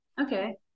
Okay